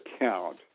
count